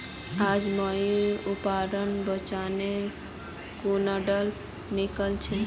आज मुई अपनार बचपनोर कुण्डली निकली छी